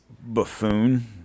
Buffoon